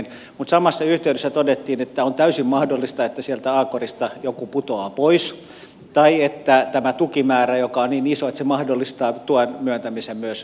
mutta samassa yhteydessä todettiin että on täysin mahdollista että sieltä a korista joku putoaa pois tai että tämä tukimäärä on niin iso että se mahdollistaa tuen myöntämisen myös b korin hankkeelle